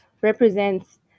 represents